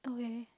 okay